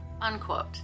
unquote